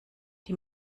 die